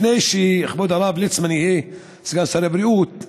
לפני שכבוד הרב ליצמן היה סגן שר הבריאות,